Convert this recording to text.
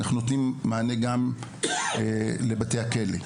אנחנו נותנים מענה גם לבתי הכלא,